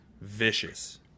vicious